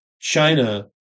China